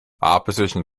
opposition